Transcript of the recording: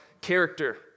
character